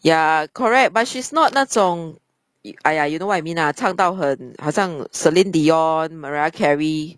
ya correct but she's not 那种 !aiya! you know what I mean ah 唱到很好像 celine dion mariah carey